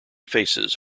faces